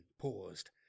paused